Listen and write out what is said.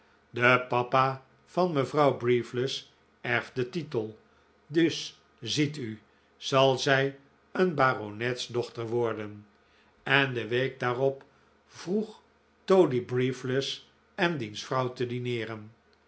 de papa van mevrouw briefless erft den titel dus ziet u zal zij een baronetsdochter worden en de week daarop vroeg toady briefless en diens vrouw te dineeren